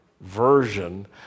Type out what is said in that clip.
version